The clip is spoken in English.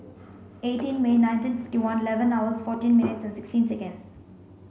eighteen May nineteen fifty one eleven hours fourteen minutes and sixteen seconds